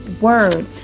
word